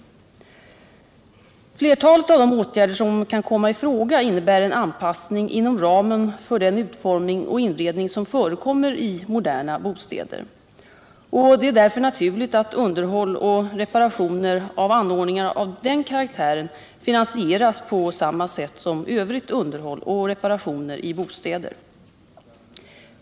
Flertalet av de åtgärder som kan komma i fråga innebär en anpassning inom ramen för den utformning och inredning som förekommer i moderna bostäder. Det är därför naturligt att underhåll och reparationer av anordningar av denna karaktär finansieras på samma sätt som övrigt underhåll och reparationer i bostäder.